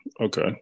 Okay